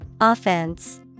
Offense